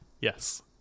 yes